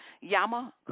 Yama